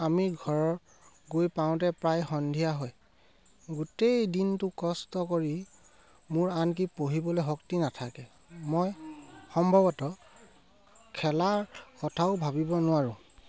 আমি ঘৰ গৈ পাওঁতে প্ৰায় সন্ধিয়া হয় গোটেই দিনটো কষ্ট কৰি মোৰ আনকি পঢ়িবলৈ শক্তি নাথাকে মই সম্ভৱতঃ খেলাৰ কথাও ভাবিব নোৱাৰোঁ